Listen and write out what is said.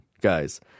Guys